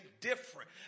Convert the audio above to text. different